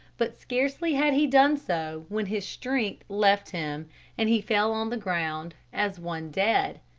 but, scarcely had he done so, when his strength left him and he fell on the ground as one dead.